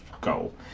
goal